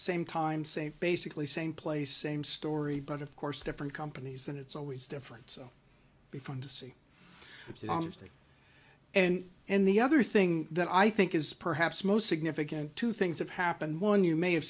same time same basically same place same story but of course different companies and it's always different so be fun to see what's honesty and and the other thing that i think is perhaps most significant two things have happened one you may have